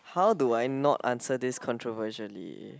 how do I not answer this controversially